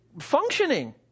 functioning